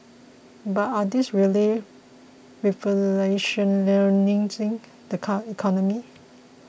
but are these really revolutionising the economy